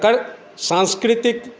एकर सांस्कृतिक